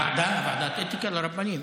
ועדה, ועדת אתיקה לרבנים?